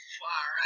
far